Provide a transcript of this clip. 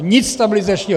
Nic stabilizačního.